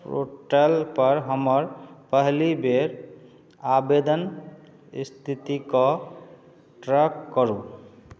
portal पर हमर पहली बेर आवेदन स्थिति कऽ ट्रैक करु